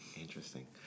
interesting